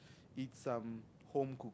eat some homecooked